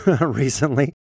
recently